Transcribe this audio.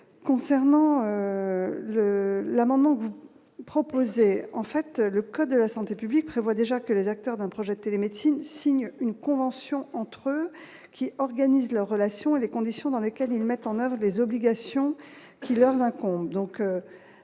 concernant l'amendement proposé en fait, le code de la santé publique prévoit déjà que les acteurs d'un projet de télémédecine signent une convention entre qui organisent leurs relations et les conditions dans lesquelles ils mettent en avant des obligations qu'il incombe